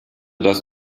das